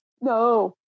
No